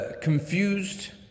confused